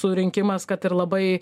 surinkimas kad ir labai